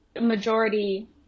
majority